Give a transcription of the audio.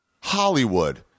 Hollywood